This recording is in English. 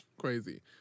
Crazy